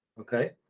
Okay